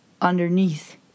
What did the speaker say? underneath